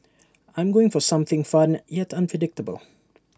I'm going for something fun yet unpredictable